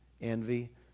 Envy